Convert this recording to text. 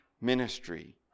ministry